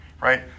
right